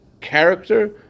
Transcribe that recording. character